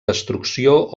destrucció